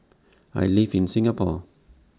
I live in Singapore